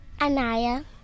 Anaya